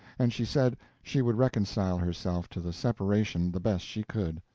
and she said she would reconcile herself to the separation the best she could,